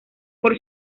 por